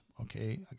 Okay